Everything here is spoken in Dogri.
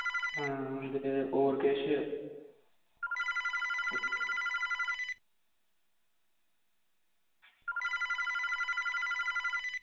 अं इक्क दौ होर किश